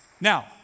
Now